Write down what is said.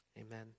Amen